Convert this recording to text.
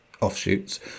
offshoots